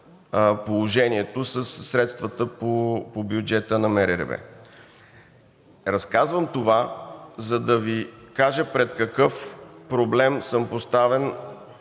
положението със средствата по бюджета на МРРБ. Разказвам това, за да Ви кажа пред какъв проблем съм поставен